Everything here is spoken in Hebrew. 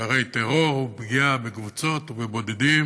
שהרי טרור הוא פגיעה בקבוצות ובבודדים